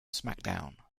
smackdown